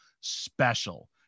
special